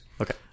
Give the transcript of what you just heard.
Okay